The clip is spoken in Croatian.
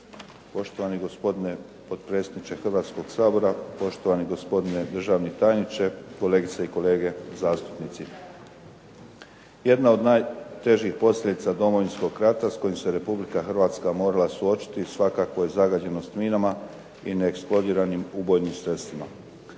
Poštovani gospodine potpredsjedniče Hrvatskog sabora, poštovani gospodine državni tajniče, kolegice i kolege zastupnici. Jedna od najtežih posljedica Domovinskog rata s kojim se Republika Hrvatska morala suočiti svakako je zagađenost minama i neeksplodiranim ubojnim sredstvima.